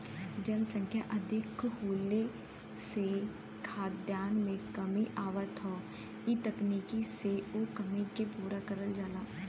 जनसंख्या अधिक होले से खाद्यान में कमी आवत हौ इ तकनीकी से उ कमी के पूरा करल जाला